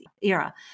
era